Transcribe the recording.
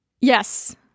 yes